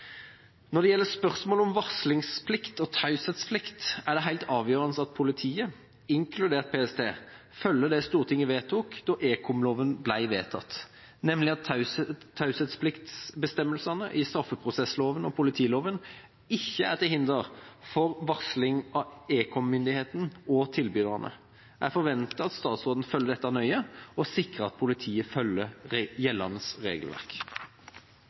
Når det gjelder spørsmålet om varslingsplikt og taushetsplikt, er det helt avgjørende at politiet, inkludert PST, følger det Stortinget vedtok da ekomloven ble vedtatt, nemlig at taushetspliktsbestemmelsene i straffeprosessloven og politiloven ikke er til hinder for varsling av ekommyndigheten og tilbyderne. Jeg forventer at statsråden følger dette nøye og sikrer at politiet følger gjeldende regelverk.